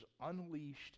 unleashed